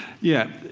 yeah,